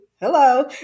Hello